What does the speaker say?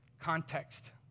Context